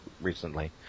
recently